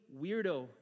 weirdo